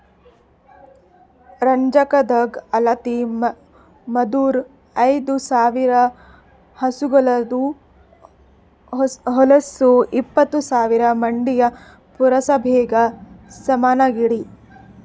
ರಂಜಕದಾಗ್ ಅಳತಿ ಮಾಡೂರ್ ಐದ ಸಾವಿರ್ ಹಸುಗೋಳದು ಹೊಲಸು ಎಪ್ಪತ್ತು ಸಾವಿರ್ ಮಂದಿಯ ಪುರಸಭೆಗ ಸಮನಾಗಿದೆ